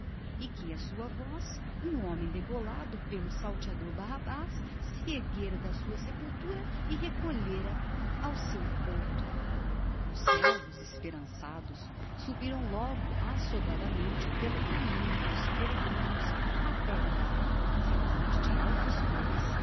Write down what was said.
e que à sua voz um homem degolado pelo salteador barrabás se erguera da sua sepultura e recolhera ao seu horto os servos esperançados subiram logo açodadamente pelo caminho dos peregrinos até gadara cidade de altas torres